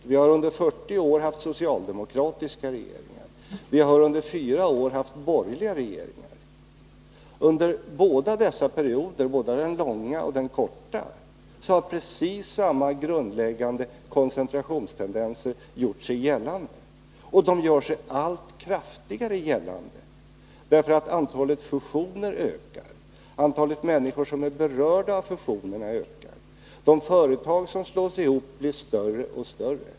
Under mer än 40 år har vi haft socialdemokratiska regeringar, och under de senaste fyra åren har vi haft borgerliga. Under båda dessa perioder, den långa och den korta, har precis samma grundläggande koncentrationstendenser gjort sig gällande, och de gör sig gällande allt kraftigare. Antalet fusioner ökar nämligen, och antalet människor som berörs av dessa ökar. De företag som slås ihop blir större och större.